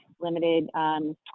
limited